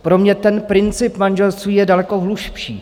Pro mě ten princip manželství je daleko hlubší.